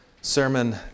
sermon